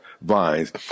vines